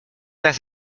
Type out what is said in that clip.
las